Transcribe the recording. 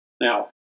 Now